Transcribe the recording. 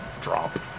Drop